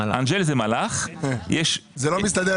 המהלך השני יביא